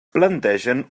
plantegen